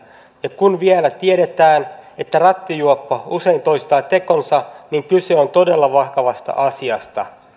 ja kun vielä tiedetään että rattijuoppo usein toistaa tekonsa niin kyse on todella vakavasta asiasta